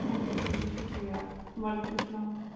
آدٕ حظ تُلِو شکریہ وعلیکُم سَلام